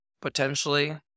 potentially